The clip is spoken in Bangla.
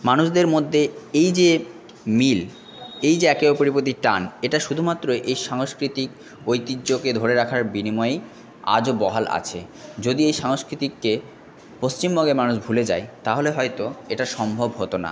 মানুষদের মধ্যে এই যে মিল এই যে একে অপরের প্রতি টান এটা শুধুমাত্র এই সাংস্কৃতিক ঐতিহ্যকে ধরে রাখার বিনিময়েই আজও বহাল আছে যদি এই সংস্কৃতিকে পশ্চিমবঙ্গের মানুষ ভুলে যায় তাহলে হয়তো এটা সম্ভব হতো না